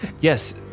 Yes